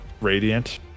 radiant